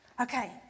Okay